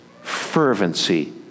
fervency